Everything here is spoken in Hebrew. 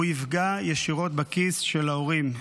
יפגע ישירות בכיס של ההורים.